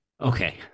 Okay